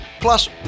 Plus